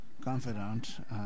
confidant